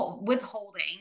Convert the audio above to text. withholding